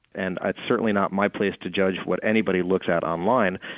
and ah it's certainly not my place to judge what anybody looks at online,